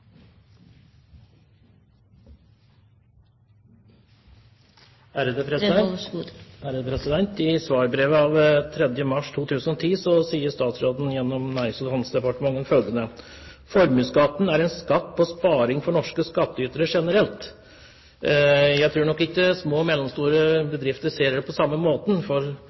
på rundt 3 pst. I svarbrev av 3. mars 2010 sier statsråden gjennom Nærings- og handelsdepartementet følgende: «Formuesskatten er en skatt på sparing for norske skattytere generelt Jeg tror nok ikke små og mellomstore bedrifter ser det på samme måten, for